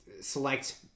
select